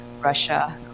Russia